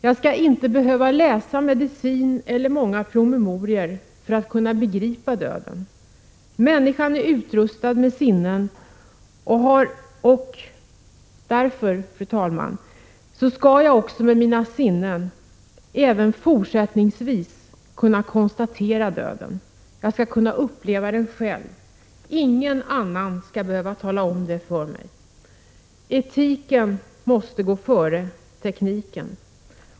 Jag skall inte behöva läsa medicin eller många promemorior för att kunna begripa döden. Människan är utrustad med sinnen, och därför, fru talman, skall jag också med mina sinnen även fortsättningsvis kunna konstatera döden. Jag skall själv kunna uppleva den. Ingen annan skall behöva tala om det för mig. Etiken måste gå före tekniken.